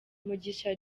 mugisha